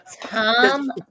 Tom